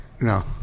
No